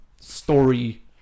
story